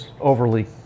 overly